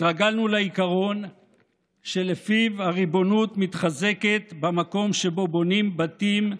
התרגלנו לעיקרון שלפיו הריבונות מתחזקת במקום שבו בונים בתים,